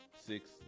Six